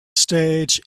stage